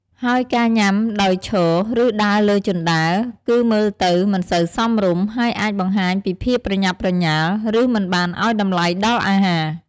ហើយការញ៉ាំដោយឈរ ឬដើរលើជណ្ដើរ គឺមើលទៅមិនសូវសមរម្យ ហើយអាចបង្ហាញពីភាពប្រញាប់ប្រញាល់ ឬមិនបានឲ្យតម្លៃដល់អាហារ។